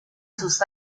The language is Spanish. sus